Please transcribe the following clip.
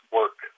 work